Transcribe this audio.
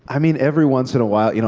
i mean, every once in a while. you know